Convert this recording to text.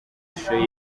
ishusho